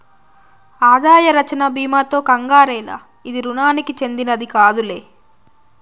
ఆదాయ రచ్చన బీమాతో కంగారేల, ఇది రుణానికి చెందినది కాదులే